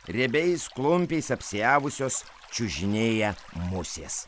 riebiais klumpiais apsiavusios čiužinėja musės